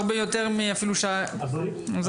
אדוני היו"ר צודק מאוד.